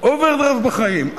אוברדרפט בחיים.